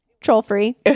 troll-free